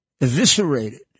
eviscerated